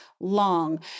long